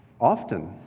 often